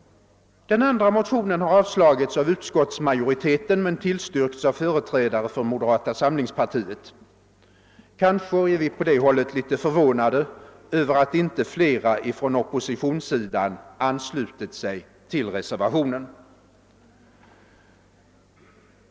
Den andra motionen har avstyrkts av utskottsmajoriteten men tillstyrkts av företrädare för moderata samlingspartiet. Kanske är vi på det hållet litet förvånade över att inte flera från oppositionssidan anslutit sig till reservationen.